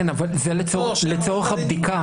כן, אבל זה לצורך הבדיקה.